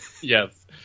Yes